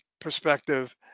perspective